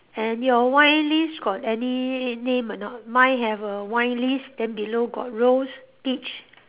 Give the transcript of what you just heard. and your wine list got any name or not mine have a wine list then below got rose peach